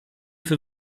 für